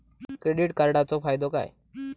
Credit कार्डाचो फायदो काय?